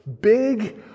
big